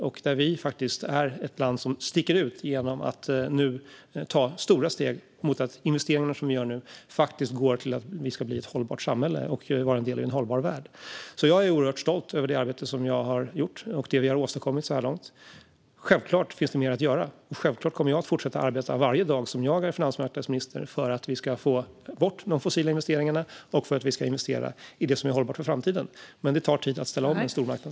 Vi är faktiskt ett land som sticker ut genom att vi nu tar stora steg för att investeringar ska leda till att vi blir ett hållbart samhälle och är en del i en hållbar värld. Jag är oerhört stolt över det arbete som jag har gjort och det vi har åstadkommit så här långt. Självklart finns det mer att göra, och självklart kommer jag att fortsätta arbeta varje dag som jag är finansmarknadsminister för att vi ska få bort de fossila investeringarna och för att vi ska investera i det som är hållbart för framtiden. Men det tar tid att ställa om en stor marknad.